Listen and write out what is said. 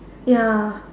ya